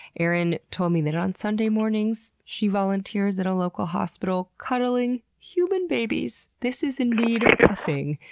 erin told me that on sunday mornings, she volunteers at a local hospital, cuddling human babies. this is, indeed, a thing.